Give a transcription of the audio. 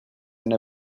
and